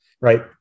right